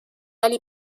ولی